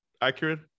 accurate